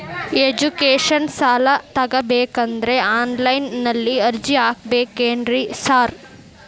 Education ಸಾಲ ತಗಬೇಕಂದ್ರೆ online ನಲ್ಲಿ ಅರ್ಜಿ ಹಾಕ್ಬೇಕೇನ್ರಿ ಸಾರ್?